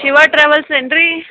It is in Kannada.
ಶಿವ ಟ್ರಾವೆಲ್ಸ್ ಏನು ರೀ